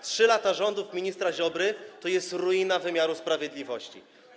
3 lata rządów ministra Ziobry to jest ruina wymiaru sprawiedliwości.